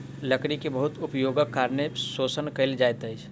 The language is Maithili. लकड़ी के बहुत उपयोगक कारणें शोषण कयल जाइत अछि